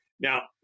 Now